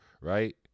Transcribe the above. Right